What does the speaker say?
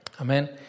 Amen